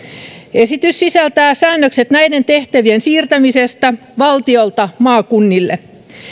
esitys sisältää säännökset näiden tehtävien siirtämisestä valtiolta maakunnille